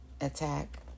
Attack